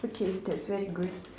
okay that's very good